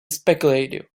speculative